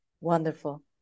Wonderful